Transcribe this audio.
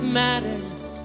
matters